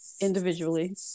individually